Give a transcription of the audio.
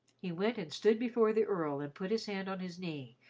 he went and stood before the earl and put his hand on his knee,